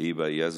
היבה יזבק,